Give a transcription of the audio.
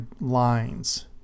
lines